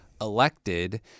elected